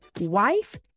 wife